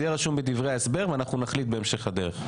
זה יהיה רשום בדברי ההסבר ואנחנו נחליט בהמשך הדרך.